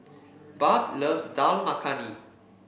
Barb loves Dal Makhani